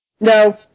No